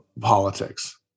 politics